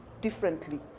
differently